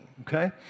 okay